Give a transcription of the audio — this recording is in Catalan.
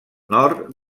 nord